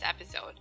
episode